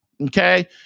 Okay